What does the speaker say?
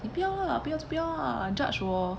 你不要啦不要就不要啊 judge 我